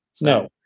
no